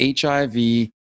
HIV